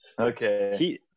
Okay